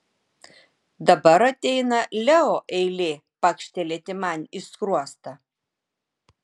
dabar ateina leo eilė pakštelėti man į skruostą